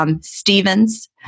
Stevens